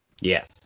Yes